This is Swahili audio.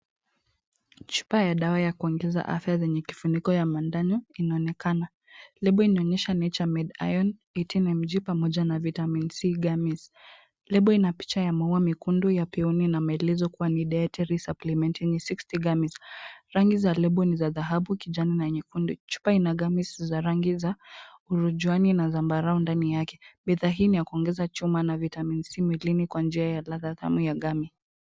Chupa ya dawa ya kuongeza afya zenye kifuniko ya mandhano inaonekana. Lebo inaonyesha nature made iron 18mg pamoja na vitamin C gramis. Lebo inapicha ya maua mekundu ya peoni na maelezo kuwa ni dietary supplement yenye 60 gramis. Rangi za lebu ni za dhahabu, kijani na nyekundu. Chupa ina gramis za rangi za hurujwani na zambarau ndani yake. Bidhaa hii ni ya kuongeza chuma na vitamin C mwilini kwa njia ya ladha dhamu ya gramu.